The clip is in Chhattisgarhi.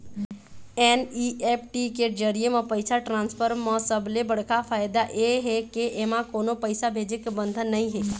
एन.ई.एफ.टी के जरिए म पइसा ट्रांसफर म सबले बड़का फायदा ए हे के एमा कोनो पइसा भेजे के बंधन नइ हे